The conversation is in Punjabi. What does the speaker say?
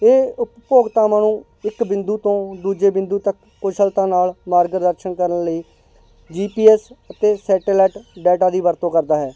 ਇਹ ਉਪਭੋਗਤਾਵਾਂ ਨੂੰ ਇੱਕ ਬਿੰਦੂ ਤੋਂ ਦੂਜੇ ਬਿੰਦੂ ਤੱਕ ਕੁਸ਼ਲਤਾ ਨਾਲ ਮਾਰਗਦਰਸ਼ਨ ਕਰਨ ਲਈ ਜੀ ਪੀ ਐੱਸ ਅਤੇ ਸੈਟੇਲਾਈਟ ਡਾਟਾ ਦੀ ਵਰਤੋਂ ਕਰਦਾ ਹੈ